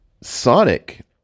Sonic